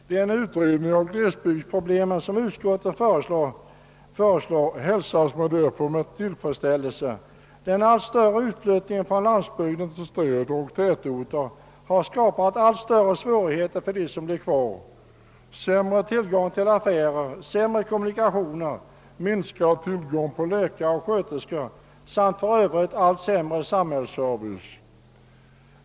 Den utredning om glesbygdsproblemen som utskottet föreslår hälsas därför med tillfredsställelse. Den allt större utflyttningen från landsbygden till städer och tätorter har skapat allt större svårigheter för dem som blir kvar: sämre tillgång till affärer, sämre kommunikationer, minskad tillgång på läkare och sköterskor och över huvud taget en allt sämre samhällsservice.